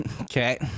okay